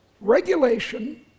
regulation